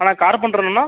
அண்ணா கார்பெண்டரா அண்ணா